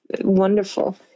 wonderful